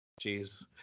Jeez